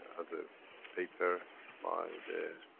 as a paper by the